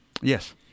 yes